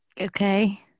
Okay